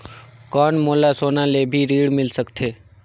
कौन मोला सोना ले भी ऋण मिल सकथे?